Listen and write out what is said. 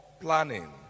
planning